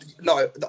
No